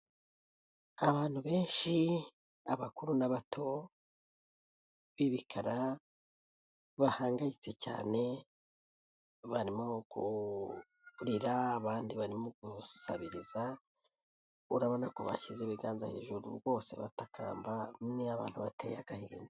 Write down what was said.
Ni abantu bateye agahinda,